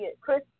Chris